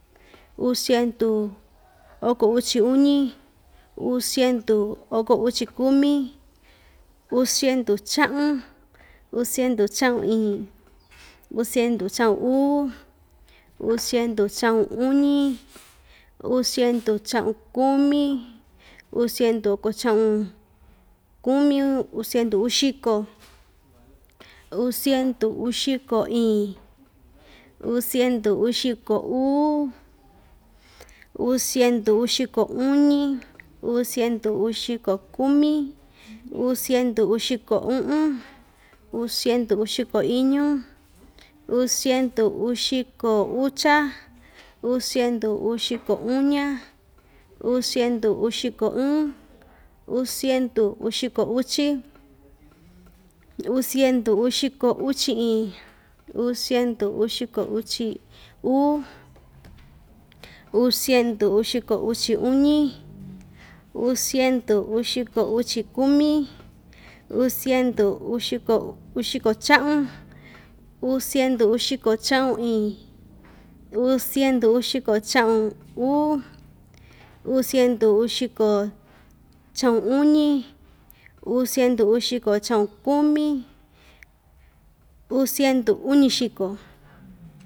Uu siendu oko uchi uñi, uu siendu oko uchi kumi, uu siendu cha'un, uu siendu cha'un iin. uu siendu cha'un uu, uu siendu cha'un uñi, uu siendu cha'un kumi, uu siendu oko cha'un kumi, uu siendu uxiko, uu siendu uxiko iin, uu siendu uxiko uu, uu siendu uxiko uñi, uu siendu uxiko kumi, uu siendu uxiko u'un, uu siendu uxiko iñu, uu siendu uxiko ucha, uu siendu uxiko uña, uu siendu uxiko ɨɨn, uu siendu uxiko uchi, uu siendu uxiko uchi iin, uu siendu uxiko uchi uu, uu siendu uxiko uchi uñi, uu siendu uxiko uchi kumi, uu siendu uxiko uxiko cha'un, uu siendu uxiko cha'un iin, uu siendu uxiko cha'un uu, uu siendu uxiko cha'un uñi, uu siendu uxiko cha'un kumi, uu siendu uñixiko.